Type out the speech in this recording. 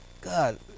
God